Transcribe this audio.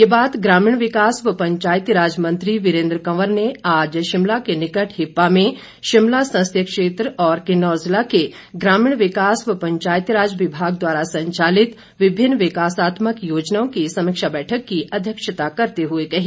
ये बात ग्रामीण विकास व पंचायतीराज मंत्री वीरेन्द्र कंवर ने आज शिमला के निकट हिप्पा में शिमला संसदीय क्षेत्र और किन्नौर ज़िला के ग्रामीण विकास व पंचायतीराज विभाग द्वारा संचालित विभिन्न विकासात्मक योजनाओं की समीक्षा बैठक की अध्यक्षता करते हुए कही